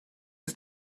ist